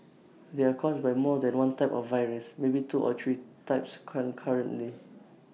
they are caused by more than one type of virus maybe two or three types concurrently